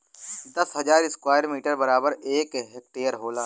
दस हजार square metre बराबर एक हेक्टेयर होला